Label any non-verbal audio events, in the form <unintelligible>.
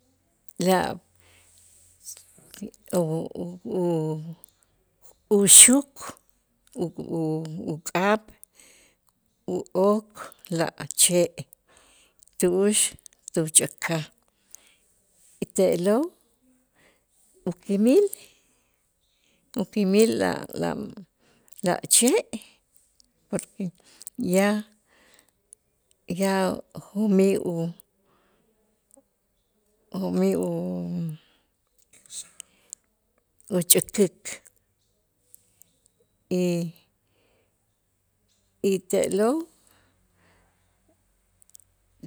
La <unintelligible> uxuk u- u- uk'ab', u'ok la che' tu'ux tuchukaj y te'lo' ukimil, ukimil la la che' porque ya ya jo'mij u jo'mij u- uchäkik y- y te'lo'